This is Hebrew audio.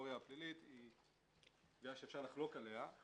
הקטגוריה הפלילית היא קביעה שאפשר לחלוק עליה.